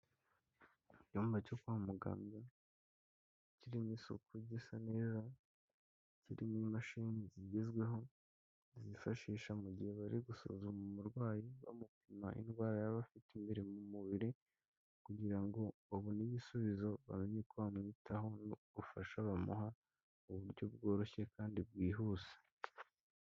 Icyumba cyo kwa muganga kirimo isuku gisa neza, kirimo imashini zigezweho zifashisha mu gihe bari gusuzuma umurwayi bamupima indwara yaba afite imbere mu mubiri kugira ngo babone ibisubizo bamenye uko bamwiteho n'ubufasha bamuha mu buryo bworoshye kandi bwihuse.